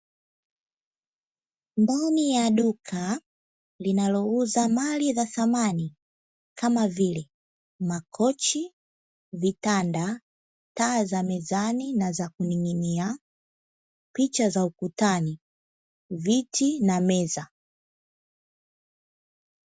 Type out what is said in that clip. Ndani ya duka linalouza mali za samani kama vile: makochi, vitanda, taa za mezani na za kuning'inia, picha za ukutani, viti na meza.